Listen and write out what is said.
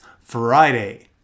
Friday